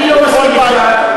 אני לא מסכים אתך.